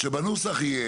לא, אבל שאלה אחרת הייתה.